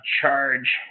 charge